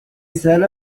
الرسالة